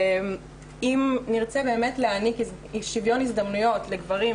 אם נרצה באמת להעניק שוויון הזדמנויות לגברים,